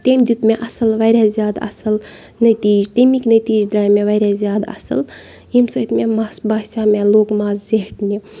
تٔمۍ دیُت مےٚ اَصٕل وارِ یاہ زیادٕ اَصٕل نٔتیٖج تَمِکۍ نٔتیٖج درٛاے مےٚ وارِیاہ زیادٕ اَصٕل ییٚمہِ سۭتۍ مےٚ مَس باسیو مےٚ لوٚگ مَس زیٹھنہِ